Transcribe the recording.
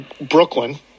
Brooklyn